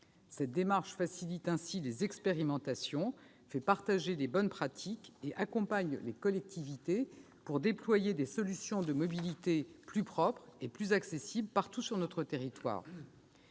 Cette démarche facilite ainsi les expérimentations, fait partager les bonnes pratiques et accompagne les collectivités pour déployer des solutions de mobilité plus propres et plus accessibles partout sur notre territoire.